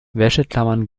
wäscheklammern